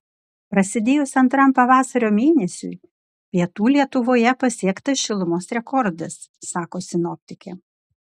prasidėjus antram pavasario mėnesiui pietų lietuvoje pasiektas šilumos rekordas sako sinoptikė